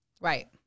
Right